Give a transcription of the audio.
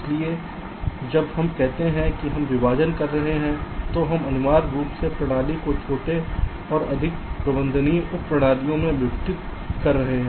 इसलिए जब हम कहते हैं कि हम विभाजन कर रहे हैं तो हम अनिवार्य रूप से प्रणाली को छोटे और अधिक प्रबंधनीय उप प्रणालियों में विघटित कर रहे हैं